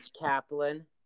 Kaplan